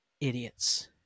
idiots